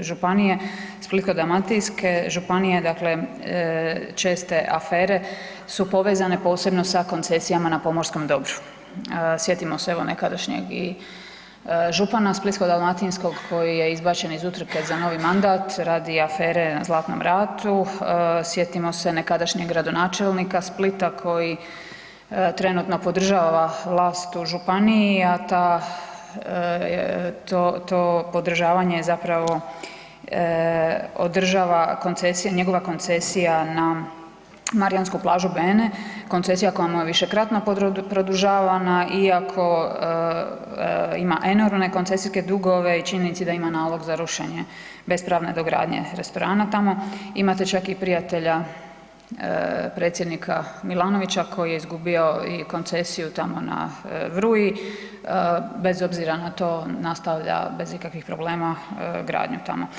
županije, Splitsko-dalmatinske županije, dakle česte afere su povezane posebno sa koncesijama na pomorskom dobru, sjetimo se evo nekadašnjeg i župana splitsko-dalmatinskog koji je izbačen iz utrke za novi mandat radi afere na Zlatnom ratu, sjetimo se nekadašnjeg gradonačelnika Splita koji trenutno podržava vlast u županiji a to podržavanja zapravo održava koncesije, njegova koncesija na marijansku plažu Bene, koncesija koja mu je višekratno produžavana iako ima enormne koncesijske dugove i činjenica da ima nalog za rušenje bespravne dogradnje restorana, tamo imate čak i prijatelja Predsjednika Milanovića koji je izgubio i koncesiju tamo na Vruji, bez obzira na to nastavlja bez ikakvih problema gradnju tamo.